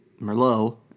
Merlot